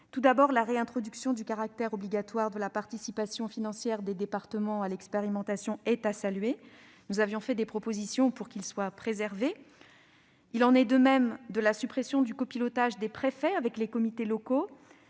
faut saluer la réintroduction du caractère obligatoire de la participation financière des départements à l'expérimentation. Nous avions fait des propositions pour qu'il soit préservé. Il en est de même de la suppression du copilotage des préfets avec les comités locaux,